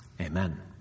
Amen